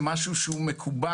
מדובר